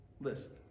Listen